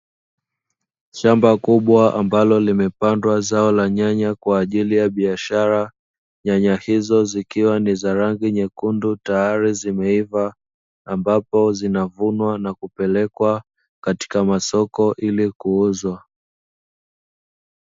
Shamba kubwa ambalo limepandwa zao la nyanya kwa ajili ya biashara nyanya hizo zikiwa na rangi nyekundu tayari zimeiva ambapo zinavunwa na kupelekwa kwenye masoko ilikuuzwa.